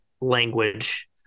language